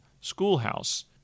schoolhouse